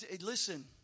Listen